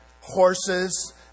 horses